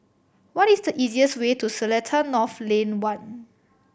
what is the easiest way to Seletar North Lane One